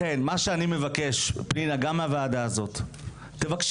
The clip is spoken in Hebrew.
לכן מה שאני מבקש, פנינה גם מהוועדה הזאת, תבקשי